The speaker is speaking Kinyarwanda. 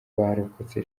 barokotse